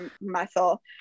muscle